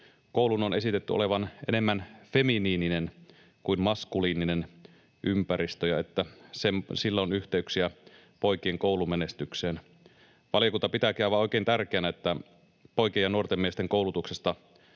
koulun on esitetty olevan enemmän feminiininen kuin maskuliininen ympäristö ja että sillä on yhteyksiä poikien koulumenestykseen. Valiokunta pitääkin aivan oikein tärkeänä, että poikien ja nuorten miesten koulutuksesta